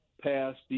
passed